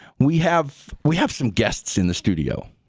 we have we have some guests in the studio.